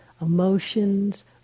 emotions